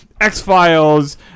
X-Files